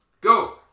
Go